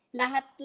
lahat